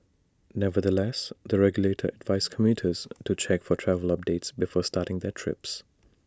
nevertheless the regulator advised commuters to check for travel updates before starting their trips